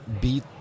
beat